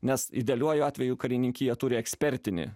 nes idealiuoju atveju karininkija turi ekspertinį